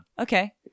Okay